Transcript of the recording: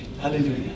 Hallelujah